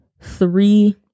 three